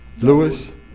lewis